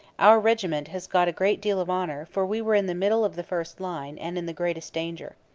our regiment has got a great deal of honour, for we were in the middle of the first line, and in the greatest danger.